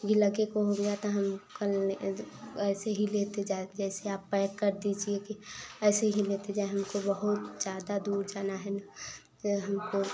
ये लगे काे हो गया तो हम कल ऐसे ही लेते जा जैसे आप पैक कर दीजिए कि ऐसे ही लेते जाऍं हमको बहुत ज़्यादा दूर जाना है न तो हमको